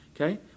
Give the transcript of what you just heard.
Okay